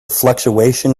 fluctuation